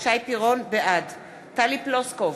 בעד טלי פלוסקוב,